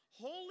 holy